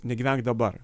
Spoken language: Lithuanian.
negyvenk dabar